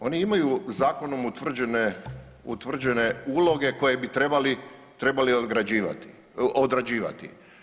Oni imaju zakon utvrđene uloge koje bi trebali odrađivati.